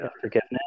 Forgiveness